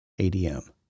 ADM